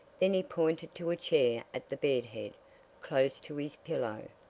then he pointed to a chair at the bed-head, close to his pillow.